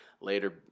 later